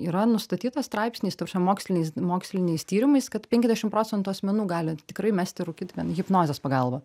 yra nustatyta straipsniais ta prasme moksliniais n moksliniais tyrimais kad penkiasdešim procentų asmenų gali tikrai mesti rūkyt vien hipnozės pagalba